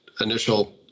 initial